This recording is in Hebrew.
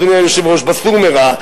אדוני היושב-ראש ב"סור מרע",